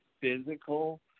physical